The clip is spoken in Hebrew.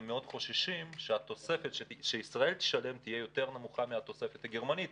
הם חוששים מאוד שהתוספת שישראל תשלם תהיה נמוכה יותר מן התוספת הגרמנית,